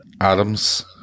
Adams